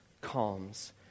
calms